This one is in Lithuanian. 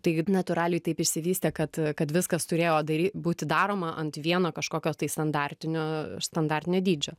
tai natūraliai taip išsivystė kad kad viskas turėjo dary būti daroma ant vieno kažkokio tai standartinio standartinio dydžio